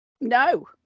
No